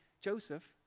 Joseph